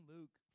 Luke